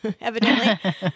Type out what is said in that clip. evidently